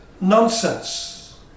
nonsense